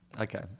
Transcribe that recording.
Okay